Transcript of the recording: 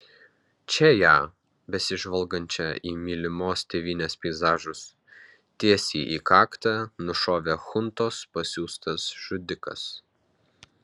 čia ją besižvalgančią į mylimos tėvynės peizažus tiesiai į kaktą nušovė chuntos pasiųstas žudikas